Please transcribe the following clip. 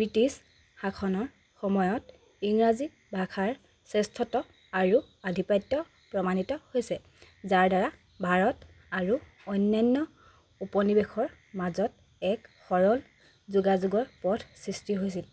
British শাসনৰ সময়ত ইংৰাজী ভাষাৰ শ্ৰেষ্ঠতা আৰু আধিপত্য প্ৰমাণিত হৈছে যাৰ দ্বাৰা ভাৰত আৰু অন্যান্য উপনিৱেশৰ মাজত এক সৰল যোগাযোগৰ পথ সৃষ্টি হৈছিল